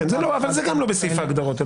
אבל זה גם לא בסעיף ההגדרות.